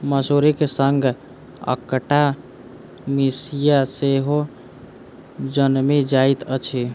मसुरीक संग अकटा मिसिया सेहो जनमि जाइत अछि